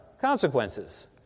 consequences